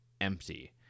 empty